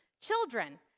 Children